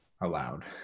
allowed